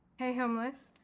hey homeless.